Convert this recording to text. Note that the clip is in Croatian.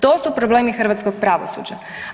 To su problemi hrvatskog pravosuđa.